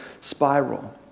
spiral